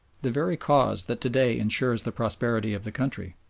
the very cause that to-day ensures the prosperity of the country.